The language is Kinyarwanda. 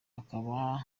bakaba